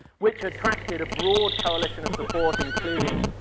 which attracted a broad coalition of support including